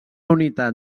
unitat